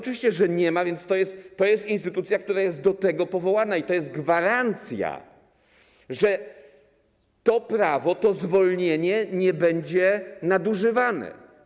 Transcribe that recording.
Oczywiście, że nie ma, więc to jest instytucja, która jest do tego powołana, i to jest gwarancja, że to prawo, to zwolnienie nie będzie nadużywane.